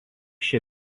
šia